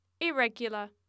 irregular